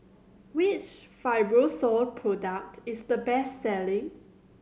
which Fibrosol product is the best selling